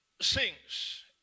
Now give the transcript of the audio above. sings